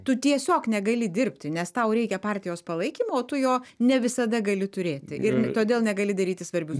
tu tiesiog negali dirbti nes tau reikia partijos palaikymo o tu jo ne visada gali turėti ir todėl negali daryti svarbių